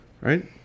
right